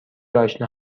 آشنا